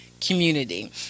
community